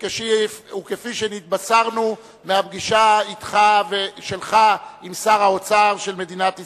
וכפי שנתבשרנו מהפגישה שלך עם שר האוצר של מדינת ישראל,